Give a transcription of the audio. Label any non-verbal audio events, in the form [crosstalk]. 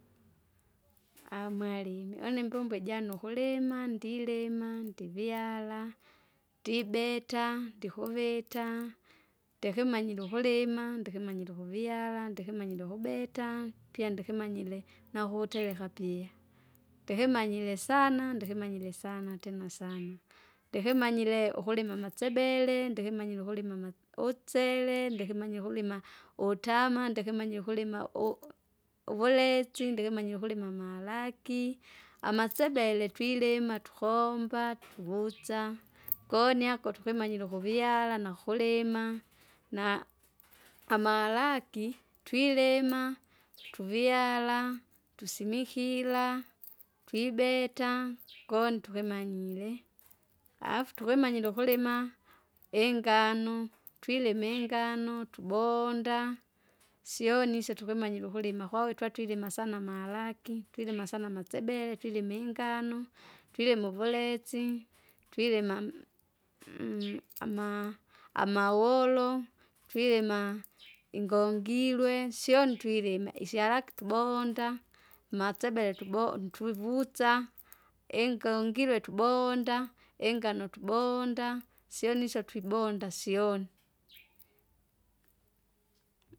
Amwarimi une imbombo ijanu ukulima ndilima, ndivyala, ndibeta, ndikuvita, ndikimanyire ukulima, ndikimanyire ukuvyala, ndikimanyire ukubita, pia ndikimanyire, nakutereka pia. [noise] Ndikimanyire sana ndikimanyire sana tena sana, [noise] ndikimanyire ukulima amasebele, ndikimanyire ukulima ama- utsele, [noise] ndikimanyire ukuliama, utama, ndikimanyire ukulima ui- uvulezi, ndikimanyire ukulima amalaki, amasebele twilima, tukomba [noise] tutsa, kuni ako tukwimanyire ukuvyala nakulima, [noise] na, [noise] amalaki twilima [noise] tuvyala, tusimikil, tuibeta [noise] koni tukimanyire. Afu tukimanyire ukulima, ingano, twilime ingano, tubonda, syoni isyo tukimanyire ukulima kwakwi twatwilima sana amalaki, [noise] twilima sana amasebele, twilima ingano, twilima uvulesi, twilima mmu- ama- amawolo, twilima [noise] ingongilwe syoni twilima isyallaki tubonda, masebele tubo- tuivutsa, ingongilwe tubonda, ingano tubonda, syoni isyo twibonda syoni. [noise]